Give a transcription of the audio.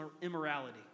immorality